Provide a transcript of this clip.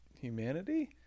humanity